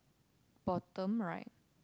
bottom right